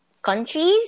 countries